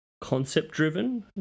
concept-driven